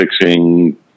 fixing